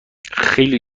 خیلی